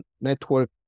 network